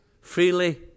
freely